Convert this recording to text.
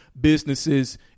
Businesses